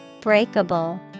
Breakable